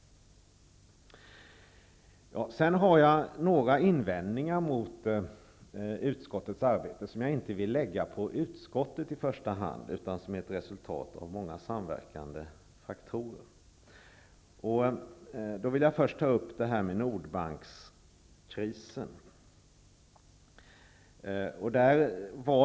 Sedan har jag några invändningar mot utskottets arbete som jag inte vill lägga skulden för på utskottet i första hand, utan det är ett resultat av många samverkande faktorer. Först vill jag ta upp krisen i Nordbanken.